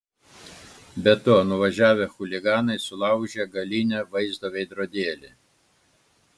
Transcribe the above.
be to nuvažiavę chuliganai sulaužė galinio vaizdo veidrodėlį